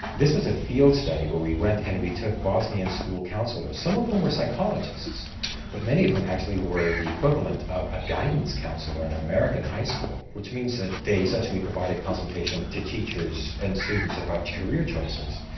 this was a field study where we went and we took bosnian school counsellors, some of whom were psychologists but many of them actually were the equivalent of a guidance counsellor in an american high school, which means that they essentially provided consultations to teachers and students about career choices,